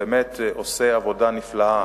שבאמת עושה עבודה נפלאה